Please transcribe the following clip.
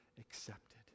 accepted